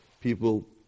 People